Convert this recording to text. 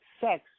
sex